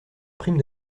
prime